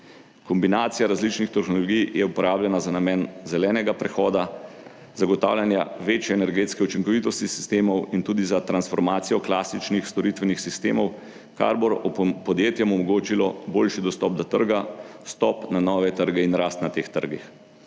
Kombinacija različnih tehnologij je uporabljena za namen zelenega prehoda, zagotavljanja večje energetske učinkovitosti sistemov in tudi za transformacijo klasičnih storitvenih sistemov, kar bo podjetjem omogočilo boljši dostop do trga, vstop na nove trge in rast na teh trgih.